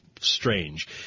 strange